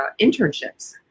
internships